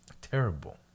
terrible